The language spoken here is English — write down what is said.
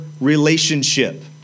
relationship